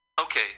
Okay